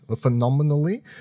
phenomenally